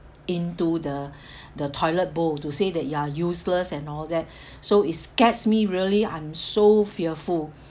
into the the toilet bowl to say that you are useless and all that so it scares me really I'm so fearful